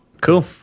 Cool